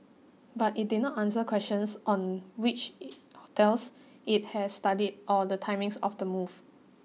but it did not answer questions on which hotels it has studied or the timings of the move